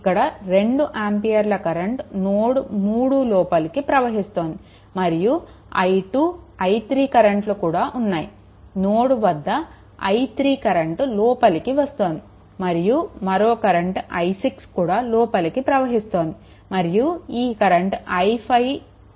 ఇక్కడ 2 ఆంపియర్ల current node three లోపలికి ప్రవహిస్తోంది మరియు i2 i3 కరెంట్లు కూడా ఉన్నాయి నోడ్ వద్ద i3 కరెంట్ లోపలికి వస్తోంది మరియు మరో కరెంట్ i6 కూడా లోపలికి ప్రవహిస్తోంది మరియు ఈ కరెంట్ i5 నోడ్ నుండి బయటికి ప్రవహిస్తోంది